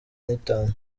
n’itanu